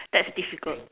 that's difficult